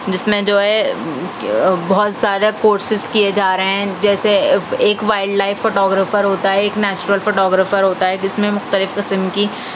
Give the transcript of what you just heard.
جس میں جو ہے بہت سارے کورسیز کئے جا رہے ہیں جیسے ایک وائلڈ لائف فوٹو گرافر ہوتا ہے ایک نیچورل فوٹو گرافر ہوتا ہے جس میں مختلف قسم کی